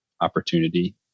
opportunity